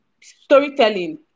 storytelling